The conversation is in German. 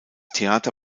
theater